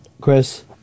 Chris